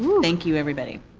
thank you, everybody.